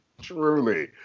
Truly